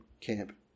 camp